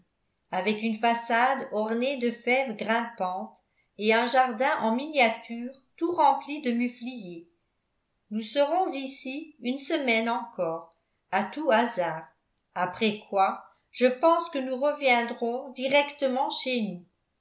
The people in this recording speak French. avec une façade ornée de fèves grimpantes et un jardin en miniature tout rempli de mufliers nous serons ici une semaine encore à tous hasards après quoi je pense que nous reviendrons directement chez nous